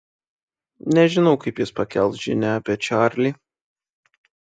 nežinau kaip jis pakels žinią apie čarlį